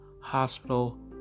Hospital